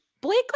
Blake